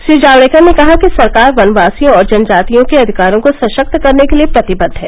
श्री जावड़ेकर ने कहा कि सरकार वनवासियों और जनजातियों के अधिकारों को सशक्त करने के लिए प्रतिबद्द है